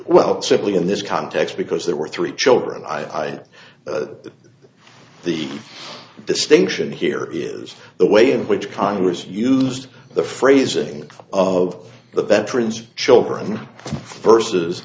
it simply in this context because there were three children i the distinction here is the way in which congress used the phrasing of the veterans children versus